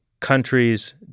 countries